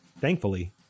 Thankfully